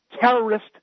terrorist